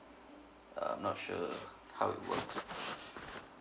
I'm not sure how it works